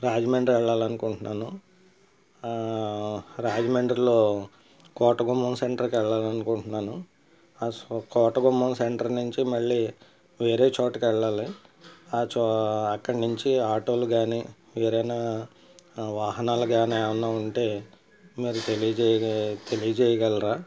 రాజమండ్రి వెళ్ళాలి అనుకుంటున్నాను రాజమండ్రిలో కోటగుమ్మం సెంటర్కి వెళ్ళాలి అనుకుంటున్నాను ఆ సు కోట గుమ్మం సెంటర్ నుంచి మళ్ళీ వేరే చోటికి వెళ్ళాలి ఆచో అక్కడ నుంచి ఆటోలు కానీ ఏదైనా వాహనాలు కాని ఏమన్నా ఉంటే మరి తెలియజేయ్ తెలియజేయగలరా